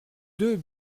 deux